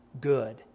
good